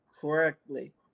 correctly